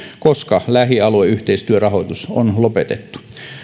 koska lähialueyhteistyörahoitus on lopetettu